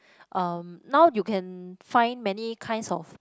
um now you can find many kinds of